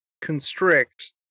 constrict